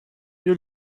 you